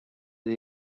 dei